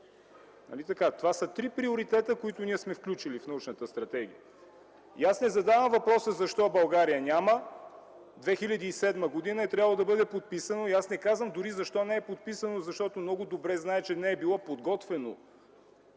Това са три приоритета, които сме включили в научната стратегия. Аз не задавам въпроса защо България я няма. През 2007 г. е трябвало да бъде подписана. Не казвам защо не е била подписана, защото много добре зная, че не е била подготвена,